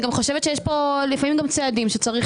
אני גם חושבת שיש פה לפעמים גם צעדים שצריך